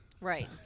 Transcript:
Right